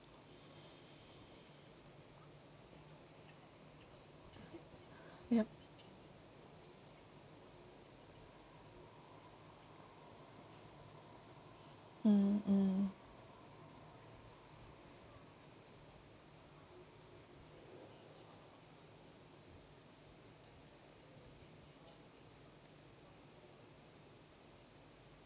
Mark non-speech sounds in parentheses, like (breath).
(breath) yup mm mm